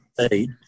eight